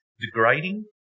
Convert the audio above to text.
degrading